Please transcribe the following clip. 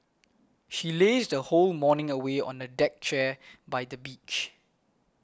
she lazed whole morning away on the deck chair by the beach